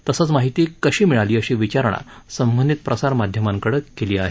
तसंच माहिती कशी मिळाली अशी विचारणा संबंधित प्रसारमाध्यमांकडे केली आहे